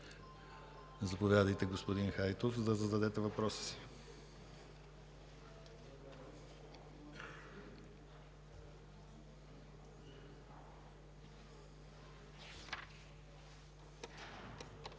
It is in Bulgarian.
Заповядайте, господин Хайтов, да зададете въпроса си.